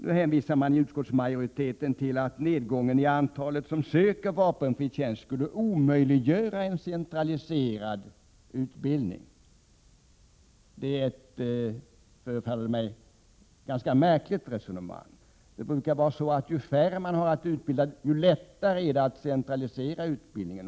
När utskottsmajoriteten hänvisar till att nedgången i antalet värnpliktiga som söker vapenfri tjänst omöjliggör en centraliserad utbildning förefaller det mig vara ett ganska märkligt resonemang. Det brukar vara så att ju färre man har att utbilda, desto lättare är det att centralisera utbildningen.